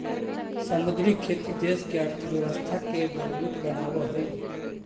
समुद्री खेती देश के अर्थव्यवस्था के मजबूत बनाब हई